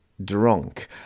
Drunk